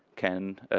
can